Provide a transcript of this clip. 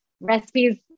recipes